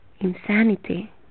insanity